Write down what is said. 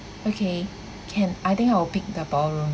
okay can I think I'll pick the ballroom